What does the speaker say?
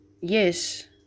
Yes